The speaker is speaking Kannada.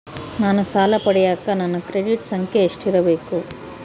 ನಾನು ಸಾಲ ಪಡಿಯಕ ನನ್ನ ಕ್ರೆಡಿಟ್ ಸಂಖ್ಯೆ ಎಷ್ಟಿರಬೇಕು?